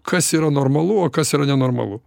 kas yra normalu o kas yra nenormalu